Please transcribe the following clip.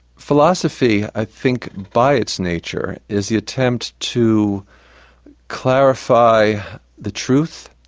philosophy, i think, by its nature, is the attempt to clarify the truth,